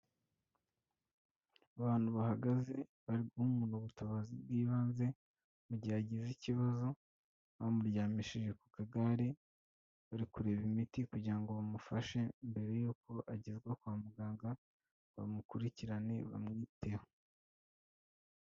Abantu bahagaze bari guha umuntu ubutabazi bw'ibanze mu gihe agize ikibazo, bamuryamishije ku kagare, bari kureba imiti kugira ngo bamufashe mbere y'uko agezwa kwa muganga, bamukurikirane bamwiteho.